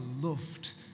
loved